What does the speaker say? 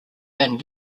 van